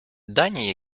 дані